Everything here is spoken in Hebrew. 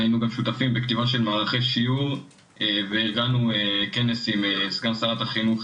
היינו גם שותפים בכתיבה של מהלכי שיעור וארגנו כנס עם סגן שרת החינוך,